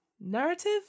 narrative